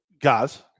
Guys